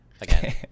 again